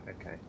okay